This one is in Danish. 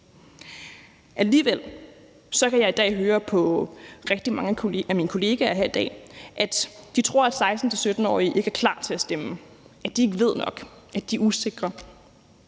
Alligevel kan jeg høre på rigtig mange af mine kollegaer her i dag, at de tror, at 16-17-årige ikke er klar til at stemme, at de ikke ved nok, og at de er usikre.